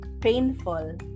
painful